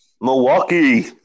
Milwaukee